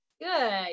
Good